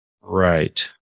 Right